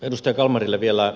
edustaja kalmarille vielä